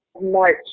March